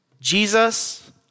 Jesus